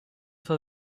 for